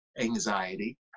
anxiety